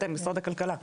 אתם משרד הכלכלה.